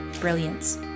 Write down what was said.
brilliance